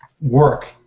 work